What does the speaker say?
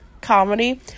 comedy